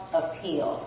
appeal